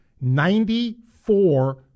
Ninety-four